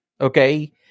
okay